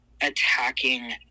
attacking